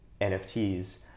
NFTs